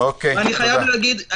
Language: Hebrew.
ואני חייב להגיד,